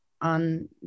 on